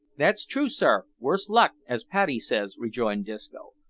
that's true, sir, worse luck, as paddy says, rejoined disco.